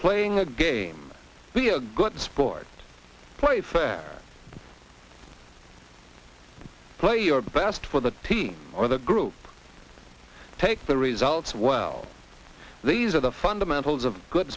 playing a game be a good sport play fair play your best for the team or the group take the results well these are the fundamentals of good